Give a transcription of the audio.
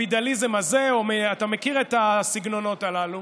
הקפיטליזם הזה, אתה מכיר את הסגנונות הללו.